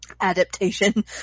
adaptation